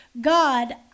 God